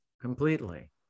Completely